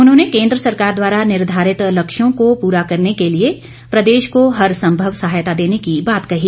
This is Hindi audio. उन्होंने केंद्र सरकार द्वारा निर्धारित लक्ष्यों को पूरा करने के लिए प्रदेश को हर संभव सहायता देने की बात कही